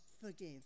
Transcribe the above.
forgive